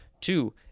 two